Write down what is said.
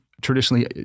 traditionally